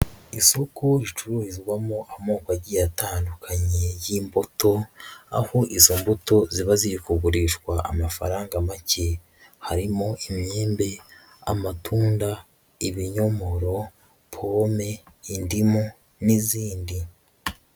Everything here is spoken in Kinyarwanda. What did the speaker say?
Isoko ricururizwamo amoko agiye atandukanye y'imbuto, aho izo mbuto ziba ziri kugurishwa amafaranga make, harimo imyembe, amatunda, ibinyomoro, pome, indimu n'izindi.